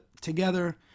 Together